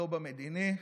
לא מדיני,